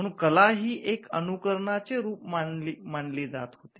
म्हणून कला ही एक अनुकरणाचे रूप मानली जात होती